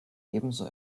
ebenso